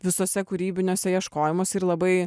visuose kūrybiniuose ieškojimuose ir labai